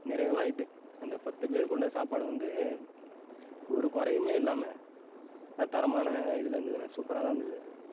நிறைவாயிட்டுது அந்த பத்து பேருக்குள்ள சாப்பாடு வந்து ஒரு குறையுமே இல்லாமல் நல்ல தரமான இதில் இருந்ததுண்ணே சூப்பராக தான் இருந்தது